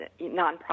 nonprofit